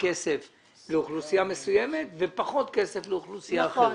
כסף לאוכלוסייה מסוימת ופחות כסף לאוכלוסייה אחרת.